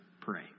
pray